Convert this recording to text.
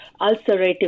ulcerative